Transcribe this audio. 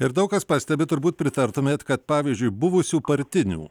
ir daug kas pastebi turbūt pritartumėt kad pavyzdžiui buvusių partinių